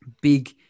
big